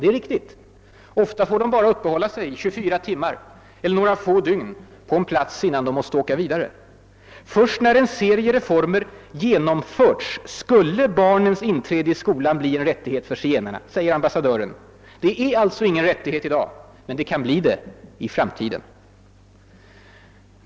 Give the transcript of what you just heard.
Det är riktigt; ofta får de bara uppehålla sig 24 timmar eller några få dygn på en plats innan de måste åka vidare. Först när en serie reformer »genomförts skulle barnens inträde i skola bli en rättighet« för zigenarna. Det är alltså ingen rättighet i dag, men det kan bli det i framtiden.